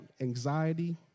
anxiety